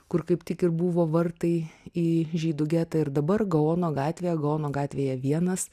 kur kaip tik ir buvo vartai į žydų getą ir dabar gaono gatvėje gaono gatvėje vienas